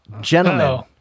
Gentlemen